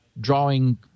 drawing